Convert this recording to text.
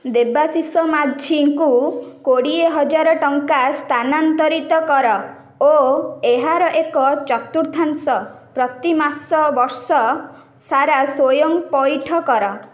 ଦେବାଶିଷ ମାଝୀଙ୍କୁ ଦୁଇହଜରେ ଟଙ୍କା ସ୍ଥାନାନ୍ତରିତ କର ଓ ଏହାର ଏକ ଚତୁର୍ଥାଂଶ ପ୍ରତିମାସ ବର୍ଷସାରା ସ୍ଵୟଂ ପଇଠ କର